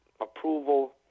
approval